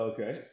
Okay